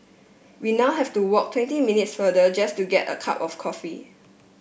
we now have to walk twenty minutes farther just to get a cup of coffee